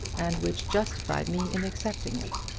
and which justified me in accepting it.